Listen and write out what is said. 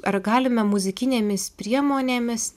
ar galime muzikinėmis priemonėmis